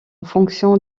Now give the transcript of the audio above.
fonction